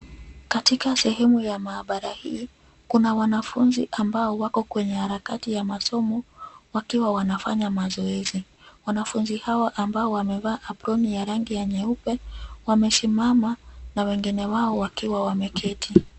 Katika sehemu ya maabara hii, kuna wanafunzi ambao wako kwenye harakati ya masomo wakiwa wanafanya mazoezi. Wanafunzi hawa ambao wamevaa aproni ya rangi ya nyeupe wamesimama na wengine wao wakiwa wameketi.